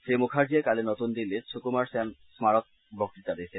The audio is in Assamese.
শ্ৰীমুখৰ্জীয়ে কালি নতুন দিল্লীত সুকুমাৰ সেন স্মাৰক বক্তৃতা দিছিল